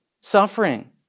suffering